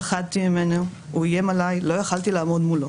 פחדתי ממנו, הוא איים עליי, לא יכולתי לעמוד מולו.